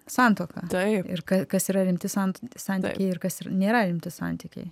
santuoką ir ka kas yra rimti san santykiai ir kas ir nėra rimti santykiai